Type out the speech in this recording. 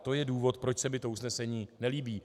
To je důvod, proč se mi to usnesení nelíbí.